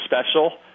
special